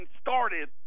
started